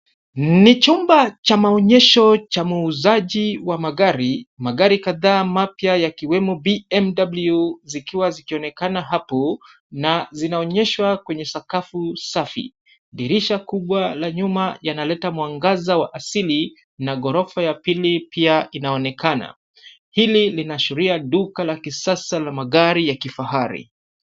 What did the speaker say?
Ni chumba cha maonyesho cha muuzaji wa magari. Magari kadhaa mapya yakiwemo BMW zikiwa zikionekana hapo na zinaonyeshwa kwenye sakafu safi. Dirisha kubwa ya nyuma yanaleta mwangaza wa asili na ghorofa ya pili pia inaonekana. Hili linaashiria duka la kisasa la magari ya kifahari.